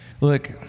Look